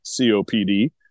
COPD